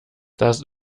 das